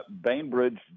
Bainbridge